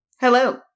Hello